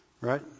Right